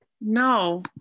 No